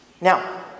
Now